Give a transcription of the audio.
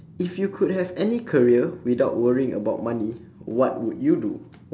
if you could have any career without worrying about money what would you do